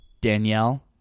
Danielle